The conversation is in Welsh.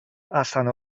allan